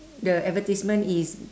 the advertisement is